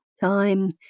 time